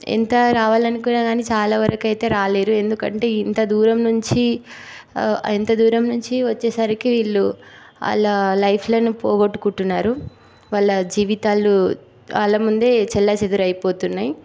ఎంత రావాలని అనుకున్నా కానీ చాలా వరకు అయితే రాలేరు ఎందుకంటే ఇంత దూరం నుంచి ఇంత దూరం నుంచి వచ్చేసరికి వీళ్ళు వాళ్ళ లైఫ్లు అన్నీ పోగుట్టుకుంటున్నారు వాళ్ళ జీవితాలు వాళ్ళ ముందే చెల్లా చెదురైపోతున్నాయి